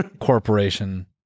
corporation